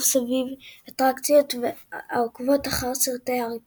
סביב אטרקציות העוקבות אחר סרטי הארי פוטר.